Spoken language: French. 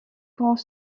grands